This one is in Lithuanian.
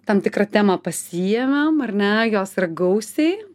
tam tikrą temą pasiėmėm ar ne jos yra gausiai